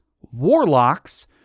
warlocks